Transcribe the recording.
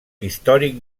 històric